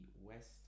West